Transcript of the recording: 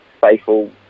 faithful